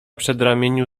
przedramieniu